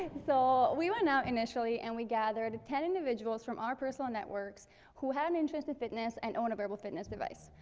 so, we went out, initially, and we gathered ten individuals from our personal networks who had an interest in fitness and own a wearable fitness device.